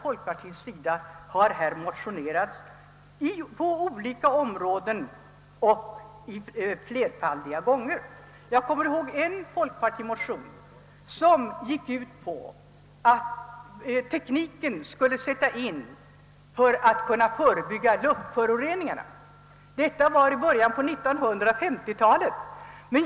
Folkpartiet har motionerat på olika områden flerfaldiga gånger. Jag kommer ihåg en folkpartimotion, som gick ut på att tekniken skulle sättas in för att förebygga luftföroreningarna. Det var i början på 1950-talet.